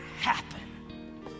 happen